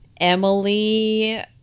Emily